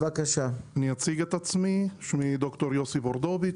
אני ד"ר יוסי בורדוביץ,